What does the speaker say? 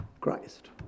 Christ